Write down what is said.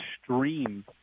extreme